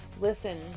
listen